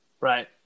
Right